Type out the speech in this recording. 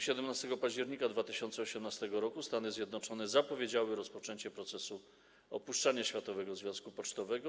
17 października 2018 r. Stany Zjednoczone zapowiedziały rozpoczęcie procesu opuszczania Światowego Związku Pocztowego.